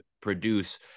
produce